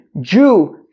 Jew